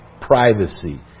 privacy